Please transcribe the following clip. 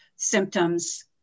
symptoms